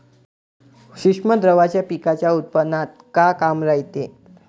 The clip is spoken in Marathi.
सूक्ष्म द्रव्याचं पिकाच्या उत्पन्नात का काम रायते?